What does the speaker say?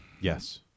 Yes